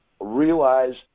realize